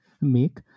make